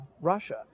Russia